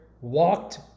walked